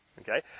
Okay